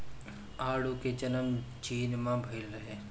आडू के जनम चीन में भइल रहे